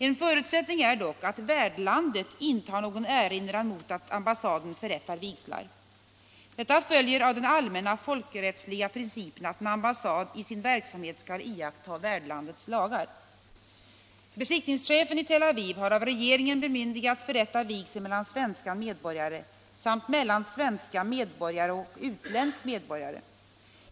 En förutsättning är dock att värdlandet inte har någon erinran mot att ambassaden förrättar vigslar. Detta följer av den allmänna folkrättsliga principen att en ambassad i sin verksamhet skall iaktta värdlandets lagar. Beskickningschefen i Tel Aviv har av regeringen bemyndigats förrätta vigsel mellan svenska medborgare samt mellan svensk medborgare och utländsk medborgare.